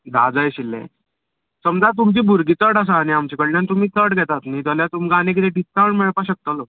धा जाय आशिल्ले समजा तुमचीं भुरगीं चड आसा न्ही आमचे कळ्ळ्यान तुमी चड घेतात न्ही जाल्यार तुमकां आनी किदें डिसकावण मेळपा शकतलो